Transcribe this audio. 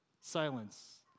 silence